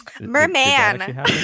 Merman